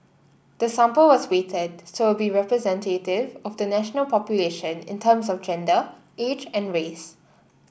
the sample was weighted so it would be representative of the national population in terms of gender age and race